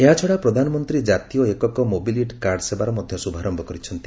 ଏହାଛଡ଼ା ପ୍ରଧାନମନ୍ତ୍ରୀ ଜାତୀୟ ଏକକ ମୋବିଲିଟି କାର୍ଡ୍ ସେବାର ମଧ୍ୟ ଶୁଭାରମ୍ଭ କରିଛନ୍ତି